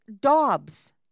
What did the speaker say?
Dobbs